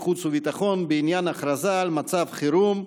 חוץ וביטחון בעניין הכרזה על מצב חירום.